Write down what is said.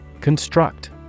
Construct